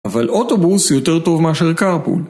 אבל אוטובוס יותר טוב מאשר carpool